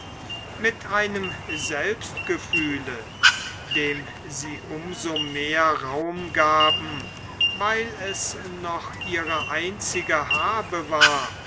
mit einem selbstgefühle dem sie um so mehr raum gaben weil es noch ihre einzige habe war